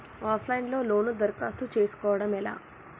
Of line లో loan దరఖాస్తు చేసుకోవడం ఎలా?